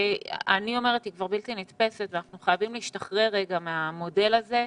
אני אומרת שהיא בלתי נתפסת ואנחנו חייבים להשתחרר רגע מהמודל הזה.